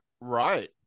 Right